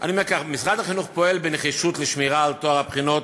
אני אומר כך: משרד החינוך פועל בנחישות לשמירה על טוהר הבחינות.